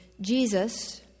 Jesus